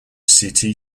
city